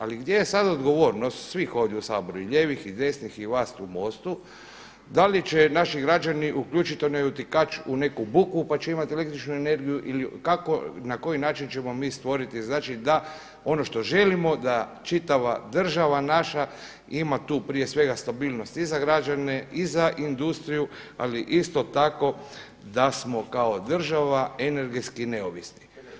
Ali gdje je sada odgovornost svih ovdje u Saboru i lijevih i desnih i vas u MOST-u, da li će naši građani uključiti onaj utikač u neku buku pa će imati električnu energiju ili kako na koji način ćemo mi stvoriti znači da ono što želimo da čitava država naša ima tu prije svega stabilnost i za građane i za industriju ali isto tako da smo kao država energetski neovisni.